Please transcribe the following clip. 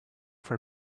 for